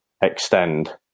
extend